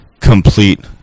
complete